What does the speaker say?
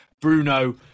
Bruno